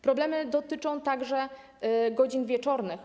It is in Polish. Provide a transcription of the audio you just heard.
Problemy dotyczą także godzin wieczornych.